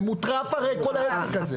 זה מוטרף הרי כל העסק הזה.